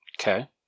Okay